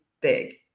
big